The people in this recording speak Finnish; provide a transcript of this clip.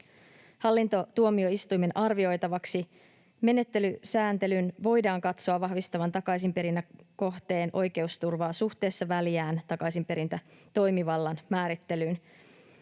hallintotuomioistuimen arvioitavaksi. Menettelysääntelyn voidaan katsoa vahvistavan takaisinperinnän kohteen oikeusturvaa suhteessa väljään takaisinperintätoimivallan määrittelyyn.